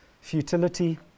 Futility